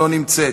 לא נמצאת.